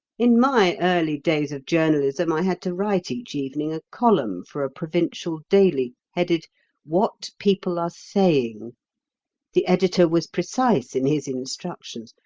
in my early days of journalism i had to write each evening a column for a provincial daily, headed what people are saying the editor was precise in his instructions.